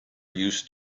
used